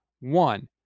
One